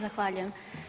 Zahvaljujem.